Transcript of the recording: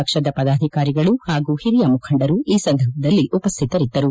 ಪಕ್ಷದ ಪದಾಧಿಕಾರಿಗಳು ಹಾಗೂ ಹಿರಿಯ ಮುಖಂಡರು ಈ ಸಂದರ್ಭದಲ್ಲಿ ಉಪಸ್ಥಿತರಿದ್ದರು